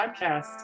podcast